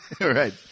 Right